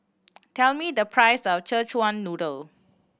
tell me the price of Szechuan Noodle